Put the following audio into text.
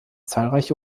zahlreiche